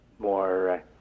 more